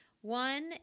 One